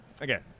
Again